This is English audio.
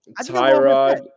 Tyrod